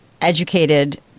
educated